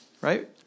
right